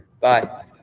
Bye